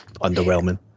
underwhelming